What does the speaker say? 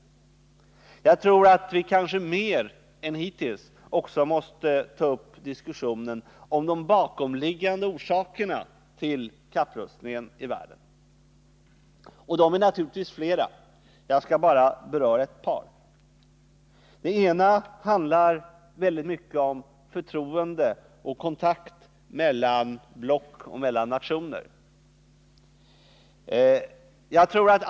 Jag tror att vi kanske mer än hittills måste ta upp också diskussionen om de bakomliggande orsakerna till kapprustningarna i världen. Orsakerna är naturligtvis flera. Jag skall bara beröra ett par. Den första bakomliggande orsaken handlar mycket om förtroende och kontakt mellan block och nationer.